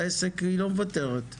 היא לא מוותרת.